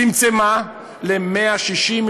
צמצמה ל-160,